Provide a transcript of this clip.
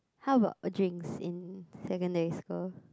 how about drinks in secondary school